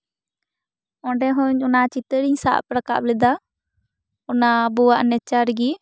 ᱚᱸᱰᱮ ᱦᱚᱸ ᱚᱱᱟ ᱪᱤᱛᱟᱹᱨᱤᱧ ᱥᱟᱵ ᱨᱟᱠᱟᱵ ᱞᱮᱫᱟ ᱚᱱᱟ ᱟᱵᱚᱣᱟᱜ ᱱᱮᱪᱟᱨ ᱜᱤ